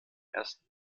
ersten